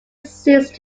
ceased